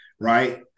right